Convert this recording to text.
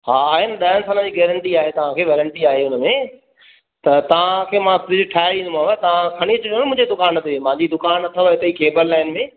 हा आहे न ॾहनि सालनि जी गैरेंटी आहे तव्हांखे वारंटी आहे उनमें त तव्हांखे मां फ्रिज ठाहे ॾींदोमाव तव्हां खणी अचिजो न मुंहिंजे दुकानु ते मुंहिंजी दुकानु अथव इते खेबर लाइन में